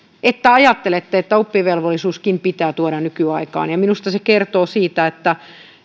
että ajattelette että oppivelvollisuuskin pitää tuoda nykyaikaan minusta se kertoo siitä että